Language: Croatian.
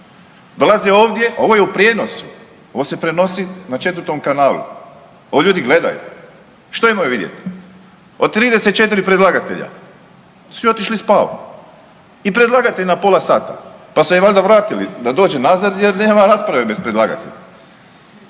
Dolaze ovdje, ovo je u prijenosu, ovo se prenosi na 4 kanalu, ovo ljudi gledaju. Što imaju vidjeti? Od 34 predlagatelja svi otišli spavat i predlagatelj na pola sata, pa se valjda vratili da dođe nazad jer nema rasprave bez predlagatelja.